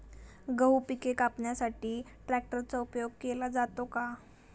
गहू पिके कापण्यासाठी ट्रॅक्टरचा उपयोग केला जातो का?